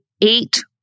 eight